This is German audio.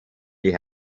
die